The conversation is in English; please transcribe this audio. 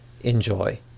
Enjoy